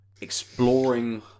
exploring